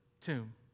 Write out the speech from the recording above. tomb